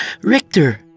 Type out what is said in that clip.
Richter